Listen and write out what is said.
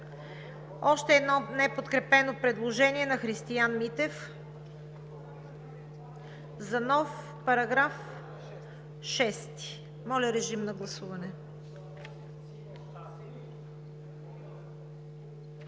Още едно неподкрепено предложение на Христиан Митев за нов § 6. Моля, режим на гласуване.